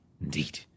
Indeed